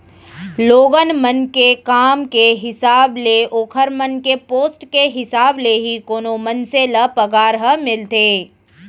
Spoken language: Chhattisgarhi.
लोगन मन के काम के हिसाब ले ओखर मन के पोस्ट के हिसाब ले ही कोनो मनसे ल पगार ह मिलथे